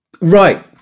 Right